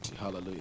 hallelujah